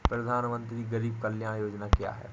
प्रधानमंत्री गरीब कल्याण योजना क्या है?